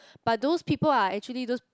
but those people are actually just